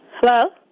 Hello